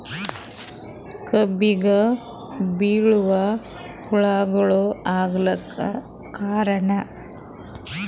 ಕಬ್ಬಿಗ ಬಿಳಿವು ಹುಳಾಗಳು ಆಗಲಕ್ಕ ಕಾರಣ?